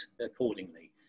accordingly